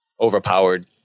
overpowered